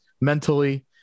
mentally